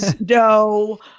no